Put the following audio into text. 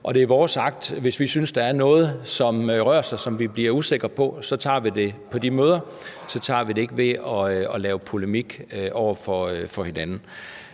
det er vores agt, hvis vi synes, at der er noget, som rører sig, og som vi bliver usikre på, at vi tager det på de møder – så tager vi det ikke ved at være polemiske over for hinanden.